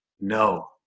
No